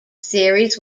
series